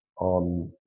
on